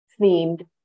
themed